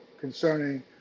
concerning